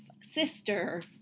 sister